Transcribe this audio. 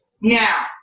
Now